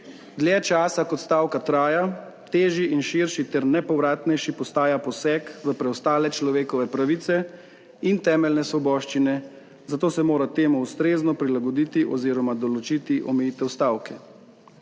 Dlje časa kot stavka traja težji in širši ter nepovratnejši postaja poseg v preostale človekove pravice in temeljne svoboščine, zato se mora temu ustrezno prilagoditi oziroma določiti omejitev stavke.